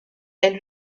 elle